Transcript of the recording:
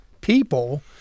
people